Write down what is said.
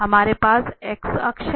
हमारे पास x अक्ष है